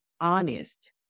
honest